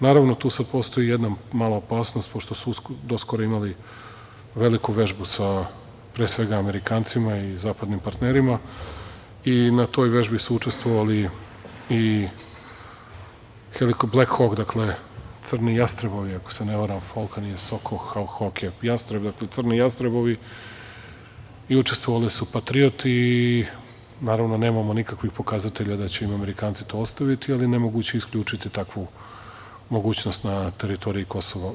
Naravno, tu sad postoji jedna mala opasnost pošto su doskoro imali veliku vežbu sa, pre svega, Amerikancima i zapadnim partnerima i na toj vežbi su učestvovali i blek hok dakle, „crni jastrebovi“ ako se ne varam folkan je kao soko, kao hoke, dakle, „crni jastrebovi“ i učestvovali su patrioti i naravno nemamo nikakvih pokazatelja da će im Amerikanci to ostaviti, ali nemoguće je isključiti takvu mogućnost na teritoriji Kosova.